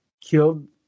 killed